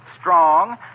strong